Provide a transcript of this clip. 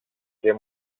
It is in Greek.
και